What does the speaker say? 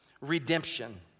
redemption